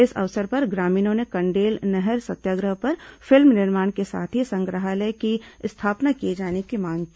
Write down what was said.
इस अवसर पर ग्रामीणों ने कंडेल नहर सत्याग्रह पर फिल्म निर्माण के साथ ही संग्रहालय की स्थापना किए जाने की मांग की